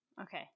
Okay